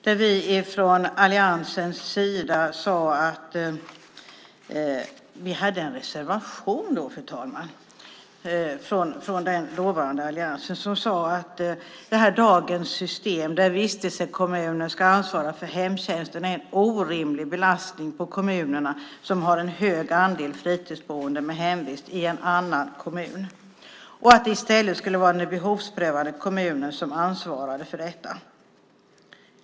Vi hade från alliansens sida en reservation, fru talman, som sade: "Dagens system, där vistelsekommunen ansvarar för hemtjänsten, medför en orimlig belastning på de kommuner som har en hög andel fritidsboende med hemvist i en annan kommun. I stället bör det vara den behovsprövande kommunen som ansvarar för hemtjänsten."